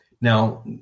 Now